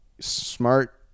smart